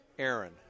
Aaron